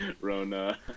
Rona